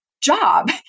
job